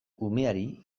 umeari